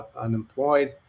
unemployed